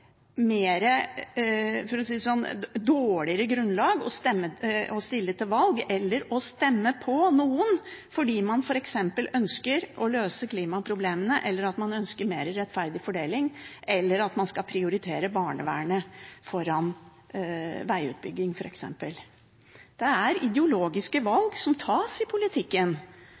for å si det sånn – dårligere grunnlag å stille til valg eller å stemme på noen fordi man f.eks. ønsker å løse klimaproblemene eller man ønsker en mer rettferdig fordeling, eller at man skal prioritere barnevernet foran vegutbygging, f.eks. Det er ideologiske valg som tas i politikken,